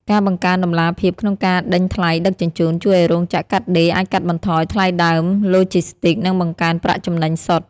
ការបង្កើនតម្លាភាពក្នុងការដេញថ្លៃដឹកជញ្ជូន ជួយឱ្យរោងចក្រកាត់ដេរអាចកាត់បន្ថយថ្លៃដើមឡូជីស្ទីក និងបង្កើនប្រាក់ចំណេញសុទ្ធ។